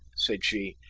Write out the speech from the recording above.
said she.